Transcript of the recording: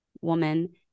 woman